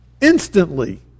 instantly